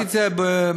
ראיתי את זה בהכנה.